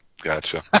Gotcha